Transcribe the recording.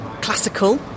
classical